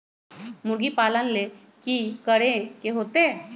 मुर्गी पालन ले कि करे के होतै?